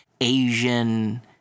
Asian